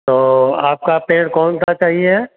तो आपका पेड़ कौन सा चाहिए है